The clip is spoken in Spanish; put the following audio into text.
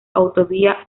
autovía